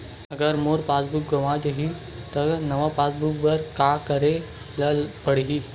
अगर मोर passbook गवां जाहि त नवा पास बुक बर का करे ल पड़हि?